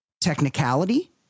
technicality